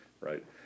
Right